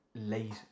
late